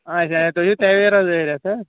اَچھا تُہۍ چھِو تویرا ظٲہرا